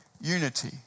unity